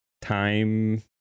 time